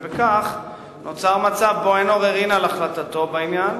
ובכך נוצר מצב שבו אין עוררין על החלטתו בעניין